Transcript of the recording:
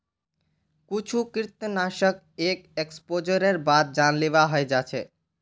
कुछु कृंतकनाशक एक एक्सपोजरेर बाद जानलेवा हय जा छ